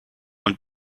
und